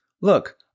look